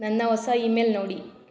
ನನ್ನ ಹೊಸ email ನೋಡಿ